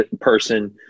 person